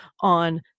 on